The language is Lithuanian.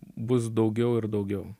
bus daugiau ir daugiau